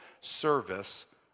service